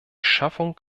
schaffung